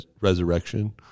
resurrection